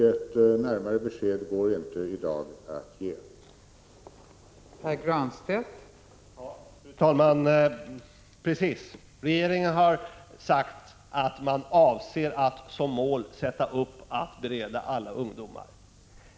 Ett närmare besked går inte att ge i dag.